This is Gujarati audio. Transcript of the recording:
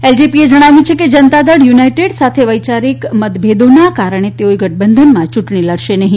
એલજેપીએ જણાવ્યું છે કે જનતાદળ યુનાઇટેડ સાથે વૈયારિક મતભેદોના કારણે તેઓ ગઠબંધનમાં યુંટણી લડશે નહી